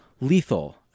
lethal